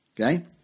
okay